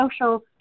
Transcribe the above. social